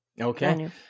Okay